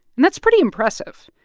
and that's pretty impressive.